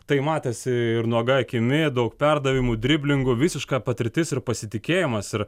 tai matėsi ir nuoga akimi daug perdavimų driblingų visiška patirtis ir pasitikėjimas ir